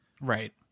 right